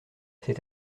c’est